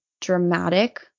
dramatic